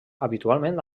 habitualment